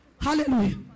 Hallelujah